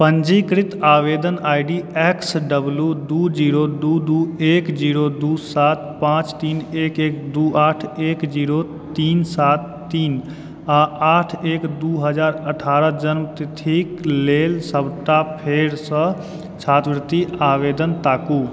पंजीकृत आवेदन ID X W दू जीरो दू दू एक जीरो दू सात पाँच तीन एक एक दू आठ एक जीरो तीन सात तीन आ आठ एक दू हजार अठारह जन्मतिथिक लेल सबटा फेर सँ छात्रवृति आवेदन ताकू